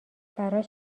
براش